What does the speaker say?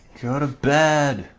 you know to bed